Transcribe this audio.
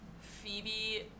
Phoebe